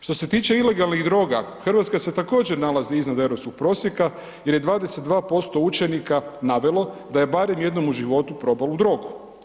Što se tiče ilegalnih droga Hrvatska se također nalazi iznad europskog prosjeka jer je 22% učenika navelo da je barem jednom u životu probalo drogu.